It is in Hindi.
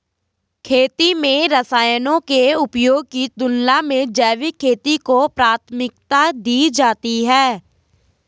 खेती में रसायनों के उपयोग की तुलना में जैविक खेती को प्राथमिकता दी जाती है